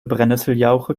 brennesseljauche